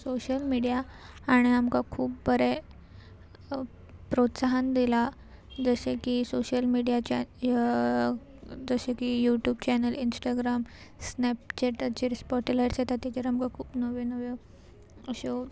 social media हाणें आमकां खूब बरें प्रोत्साहन दिलां जशें की सोशल मिडियाच्या जशें की यूट्यूब चॅनल इंस्टाग्राम स्नॅपचॅटाचेर स्पोटेलायट्स येता तेजेर आमकां खूब नव्यो नव्यो अश्यो